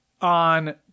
on